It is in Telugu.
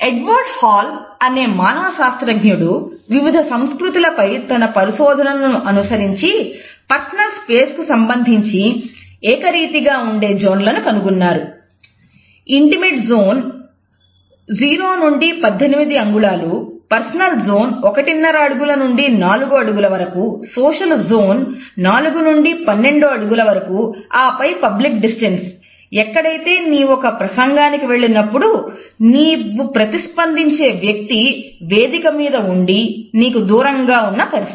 ఎడ్వర్డ్ హాల్ ఎక్కడైతే నీవు ఒక ప్రసంగానికి వెళ్ళినప్పుడు నీవు ప్రతిస్పందించే వ్యక్తి వేదిక మీద ఉండి నీకు దూరంగా ఉన్న పరిస్థితి